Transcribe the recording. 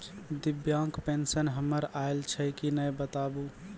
दिव्यांग पेंशन हमर आयल छै कि नैय बताबू?